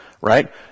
right